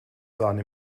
sahne